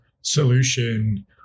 solution